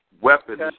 weapons